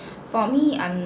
for me I'm